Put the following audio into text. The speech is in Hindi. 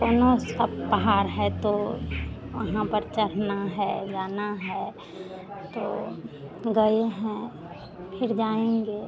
कौनो सब पहाड़ हैं तो वहाँ पर चढ़ना है जाना है तो गए हैं फिर जाएँगे